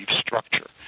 structure